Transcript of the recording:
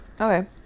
okay